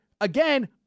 again